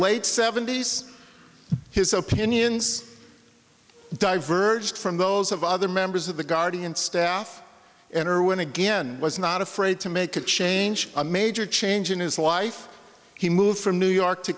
late seventy's his opinions diverged from those of other members of the guardian staff and irwin again was not afraid to make a change a major change in his life he moved from new york to